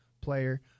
player